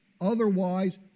otherwise